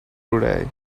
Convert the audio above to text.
today